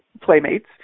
playmates